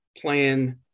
plan